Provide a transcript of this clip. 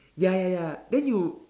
ya ya ya then you